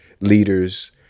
leaders